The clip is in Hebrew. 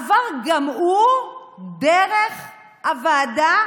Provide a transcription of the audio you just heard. עבר גם הוא דרך הוועדה